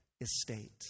estate